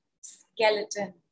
skeleton